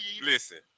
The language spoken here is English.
Listen